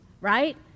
right